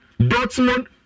Dortmund